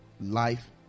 Life